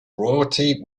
royalty